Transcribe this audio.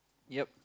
yup